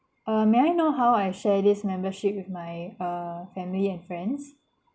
uh may I know how I share this membership with my err family and friends